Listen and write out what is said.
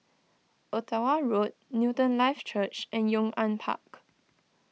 Ottawa Road Newton Life Church and Yong An Park